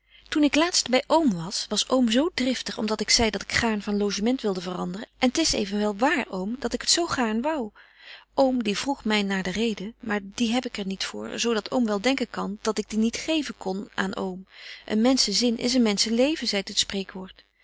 toen ik laast by oom was was oom zo driftig om dat ik zei dat ik gaarn van logement wilde veranderen en t is evenwel waar oom dat ik het zo gaarn wou oom die vroeg myn naar de reden maar die heb ik er niet voor zo dat oom wel denken kan dat ik die niet geven kon aan oom een menschen zin is een menschen leven zeit het spreekwoord